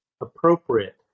appropriate